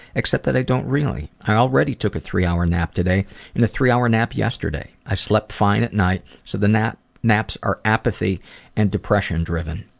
except that i don't really. i already took a three-hour nap today and a three-hour nap yesterday. i slept fine at night so the naps are apathy and depression driven.